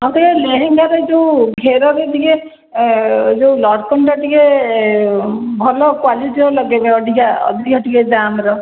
ମୋତେ ଲେହେଙ୍ଗାରେ ଯେଉଁ ଘେରରେ ଟିକିଏ ଲଟକନଟା ଟିକିଏ ଭଲ କ୍ୱାଲିଟିର ଲଗାଇବେ ଅଧିକା ଅଧିକା ଟିକିଏ ଦାମ୍ର